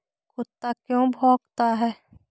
कुत्ता क्यों भौंकता है?